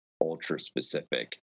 ultra-specific